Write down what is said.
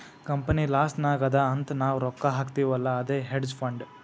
company loss ನಾಗ್ ಅದಾ ಅಂತ್ ನಾವ್ ರೊಕ್ಕಾ ಹಾಕ್ತಿವ್ ಅಲ್ಲಾ ಅದೇ ಹೇಡ್ಜ್ ಫಂಡ್